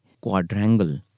quadrangle